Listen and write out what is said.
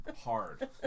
hard